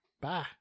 Bye